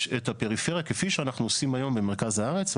את הפריפריה כפי שאנחנו עושים היום במרכז הארץ.